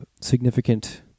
significant